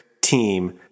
team